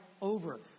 over